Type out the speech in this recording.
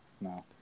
no